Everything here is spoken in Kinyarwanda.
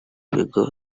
bigo